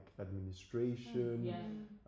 administration